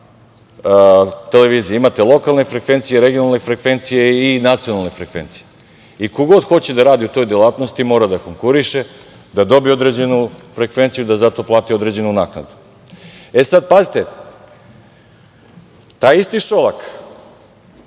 televizije. Imate lokalne frekvencije, regionalne frekvencije i nacionalne frekvencije. Ko god hoće da radi u toj delatnosti mora da konkuriše da do bije određenu frekvenciju, da za to plati određenu naknadu.E, sada pazite, taj isti Šolak,